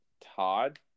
Todd